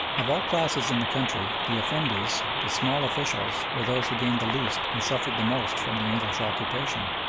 of all classes in the country the effendis, the small officials, were those who gained the least and suffered the most from the english occupation.